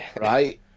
right